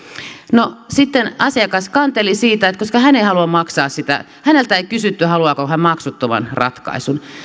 no sitten asiakas kanteli siitä että hän ei halua maksaa sitä häneltä ei kysytty haluaako hän maksuttoman ratkaisun